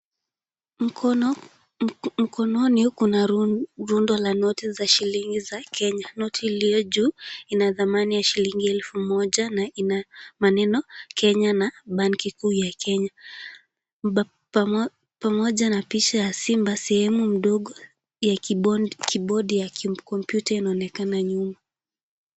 Mkononi kuna rundo la noti za shilingi za Kenya. Noti iliyo juu ina dhamani ya shilingi elfu moja na ina maneno Kenya na banki kuu ya Kenya pamoja na picha ya simba, sehemu ndogo ya kibodi ya kompyuta inaonekana nyuma.